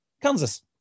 Kansas